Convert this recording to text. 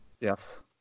Yes